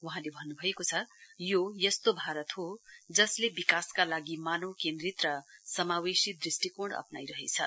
वहाँले भन्नभएको छ यो यस्तो भारत हो यसले विकासका लागि मानव केन्द्रित र समावेशी दृष्टिकोण अप्राइरहेछ